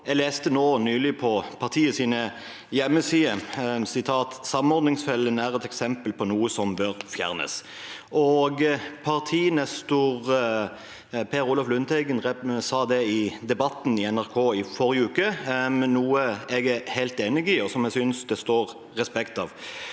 jeg leste nylig på partiets hjemmesider at samordningsfellen «er et eksempel på noe som bør fjernes». Partinestor Per Olaf Lundteigen sa det i Debatten i NRK i forrige uke, noe jeg er helt enig i, og som jeg synes det står respekt av.